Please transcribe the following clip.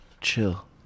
chill